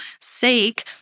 sake